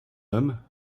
homme